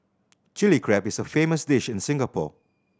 Chilli Crab is a famous dish in Singapore